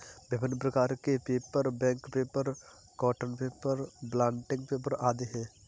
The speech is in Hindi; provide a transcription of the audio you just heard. विभिन्न प्रकार के paper, bank paper, cotton paper, blotting paper आदि हैं